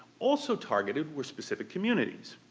also targeted were specific communities.